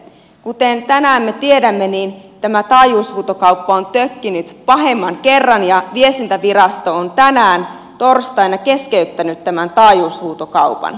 kuten tänään me tiedämme tämä taajuushuutokauppa on tökkinyt pahemman kerran ja viestintävirasto on tänään torstaina keskeyttänyt tämän taajuushuutokaupan